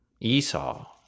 Esau